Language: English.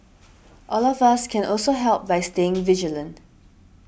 all of us can also help by staying vigilant